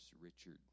Richard